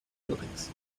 buildings